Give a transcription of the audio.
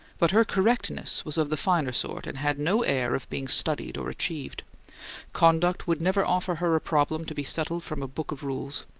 but her correctness was of the finer sort, and had no air of being studied or achieved conduct would never offer her a problem to be settled from a book of rules,